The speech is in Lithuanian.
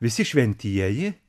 visi šventieji